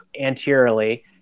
anteriorly